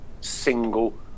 single